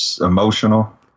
emotional